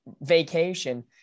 vacation